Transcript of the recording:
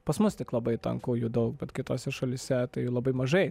pas mus tik labai tanku jų daug bet kitose šalyse tai labai mažai